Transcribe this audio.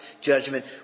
judgment